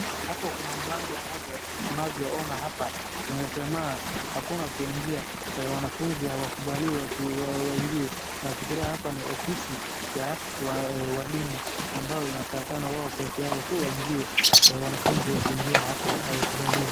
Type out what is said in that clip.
Hapa kuna mlango mmoja tunavyoona hapa imesema hakuna kuingia. Wanafunzi hawakubaliwi kuingia. Nafikiria hapa ni ofisi ya walimu ambayo inatakikana wao pekee yao tu waingie. Wanafunzi wasiingie hapo hawakubaliwi.